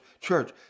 church